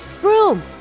Broom